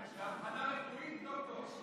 זו אבחנה רפואית, דוקטור?